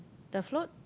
the float